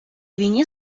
війні